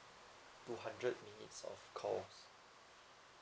two hundred minutes of calls